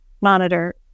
monitor